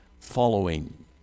following